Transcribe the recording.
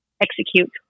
execute